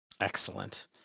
Excellent